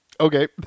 okay